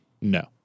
No